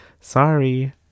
Sorry